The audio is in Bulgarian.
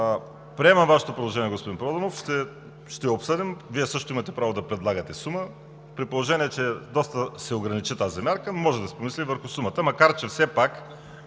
Приемам Вашето предложение, господин Проданов, ще обсъдим – Вие също имате право да предлагате сума. При положение че доста се ограничи тази мярка, може да се помисли върху сумата, макар че все пак